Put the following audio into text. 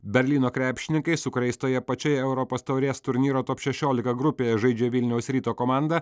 berlyno krepšininkai su kuriais toje pačioje europos taurės turnyro top šešiolika grupėje žaidžia vilniaus ryto komanda